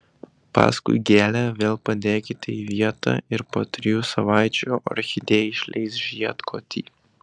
paskui gėlę vėl padėkite į vietą ir po trijų savaičių orchidėja išleis žiedkotį